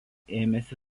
ėmėsi